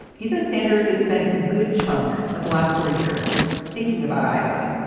he says sanders has spent a good chunk of the last four years thinking about iowa,